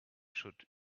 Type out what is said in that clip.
should